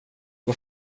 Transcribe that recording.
vad